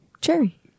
Cherry